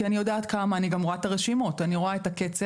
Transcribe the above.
כי אני רואה את הרשימות ואני רואה את הקצב.